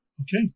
Okay